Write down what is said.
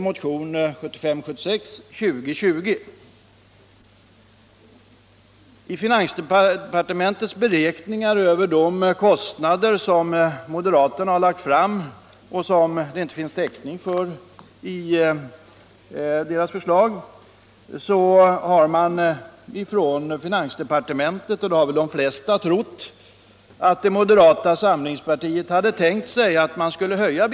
Vid sina beräkningar av de utgifter som moderaterna har föreslagit men som de saknar täckning för har man i finansdepartementet trott — och det har väl de flesta gjort — att moderata samlingspartiet hade tänkt sig att bidragen skulle höjas.